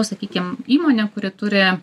sakykim įmonė kuri turi